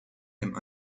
him